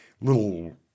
Little